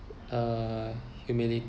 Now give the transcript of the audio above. uh humility